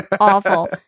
Awful